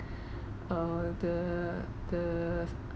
uh the the